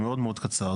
מאוד מאוד קצר.